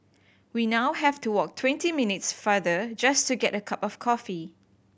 we now have to walk twenty minutes farther just to get a cup of coffee